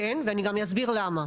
כן ואני גם אסביר למה.